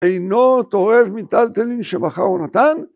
אינו טורף מטלטלין שמכר או נתן,